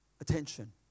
attention